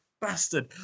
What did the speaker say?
bastard